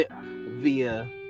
Via